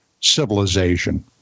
civilization